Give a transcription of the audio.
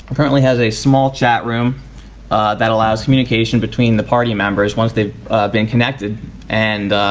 currently has a small chatroom that allows communcation between the party members once they've been connected and